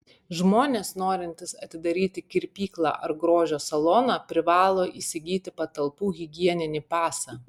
žmonės norintys atidaryti kirpyklą ar grožio saloną privalo įsigyti patalpų higieninį pasą